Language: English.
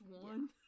one